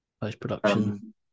Post-production